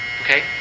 Okay